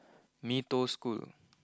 Mee Toh School